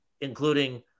including –